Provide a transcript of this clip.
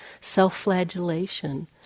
self-flagellation